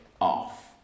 off